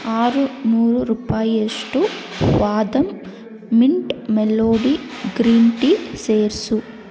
ಆರು ನೂರು ರೂಪಾಯಿಯಷ್ಟು ವಾದಂ ಮಿಂಟ್ ಮೆಲೋಡಿ ಗ್ರೀನ್ ಟೀ ಸೇರಿಸು